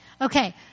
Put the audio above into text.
Okay